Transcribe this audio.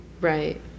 Right